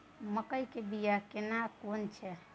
मकई के बिया केना कोन छै यो?